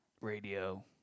radio